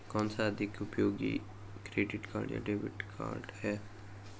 कौनसा अधिक उपयोगी क्रेडिट कार्ड या डेबिट कार्ड है?